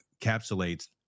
capsulates